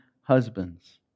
husbands